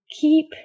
keep